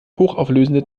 hochauflösende